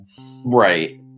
Right